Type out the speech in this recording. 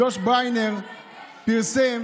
ג'וש בריינר פרסם